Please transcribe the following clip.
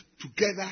together